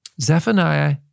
Zephaniah